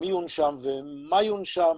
מי יונשם ומה יונשם,